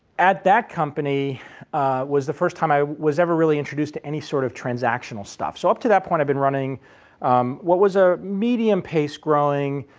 at that company it was the first time i was ever really introduced to any sort of transactional stuff. so up to that point i'd been running what was a medium pace growing,